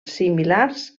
similars